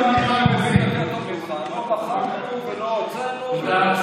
לא מחקנו ולא הוצאנו ולא,